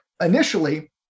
initially